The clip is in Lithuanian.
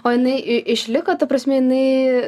o jinai i išliko ta prasme jinai